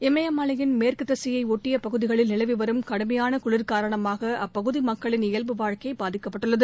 இமய மலையின் மேற்கு திசையை ஒட்டியப் பகுதிகளில் நிலவிவரும் கடுமையான குளிர் காரணமாக அப்பகுதி மக்களின் இயல்வு வாழ்க்கை பாதிக்கப்பட்டுள்ளது